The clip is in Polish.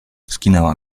skinęła